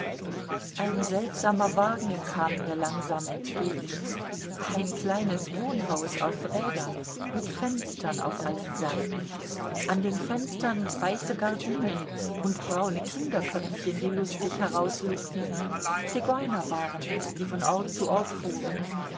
ein seltsamer wagen kam mir langsam entgegen ein kleines wohnhaus auf rädern mit fenstern auf allen seiten an den fenstern weiße gardinen und braune kinderköpfchen die lustig herauslugten zigeuner waren es die von ort zu ort fuhren